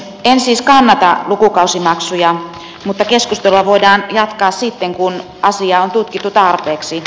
en siis kannata lukukausimaksuja mutta keskustelua voidaan jatkaa sitten kun asiaa on tutkittu tarpeeksi